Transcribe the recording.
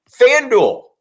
FanDuel